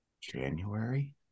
January